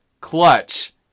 Clutch